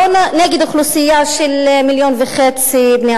לא נגד אוכלוסייה של 1.5 מיליון בני-אדם,